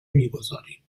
میگذاریم